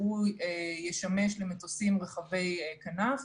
שהוא ישמש למטוסים רחבי כנף.